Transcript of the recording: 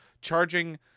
charging